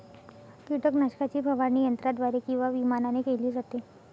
कीटकनाशकाची फवारणी यंत्राद्वारे किंवा विमानाने केली जाते